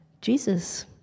Jesus